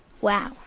Wow